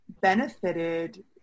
benefited